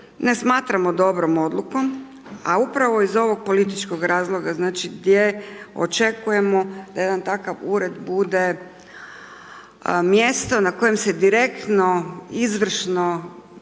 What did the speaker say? ne smatramo dobrom odlukom, a upravo iz ovog političkog razloga, znači gdje očekujemo da jedan takav ured bude mjesto na kojem se direktno, izvršno